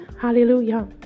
hallelujah